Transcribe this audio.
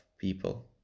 people